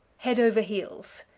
head over heels.